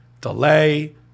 delay